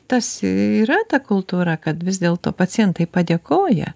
tas yra ta kultūra kad vis dėl to pacientai padėkoja